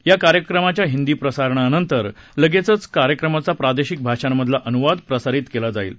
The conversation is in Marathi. या कार्यक्रमाच्या हिंदी प्रसारणानंतर लगेचच कार्यक्रमाचा प्रादेशिक भाषांमधला अनुवाद प्रसारित केला जाईल